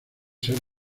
ser